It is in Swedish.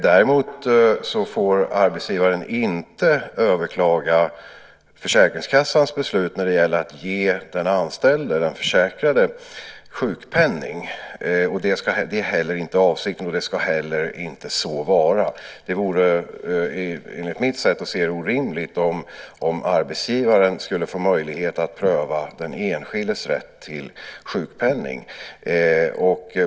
Däremot får arbetsgivaren inte överklaga försäkringskassans beslut om att ge den anställda, den försäkrade, sjukpenning. Det är inte heller avsikten, och det ska inte heller vara så. Enligt mitt sätt att se det vore det orimligt om arbetsgivaren skulle få möjlighet att pröva den enskildes rätt till sjukpenning.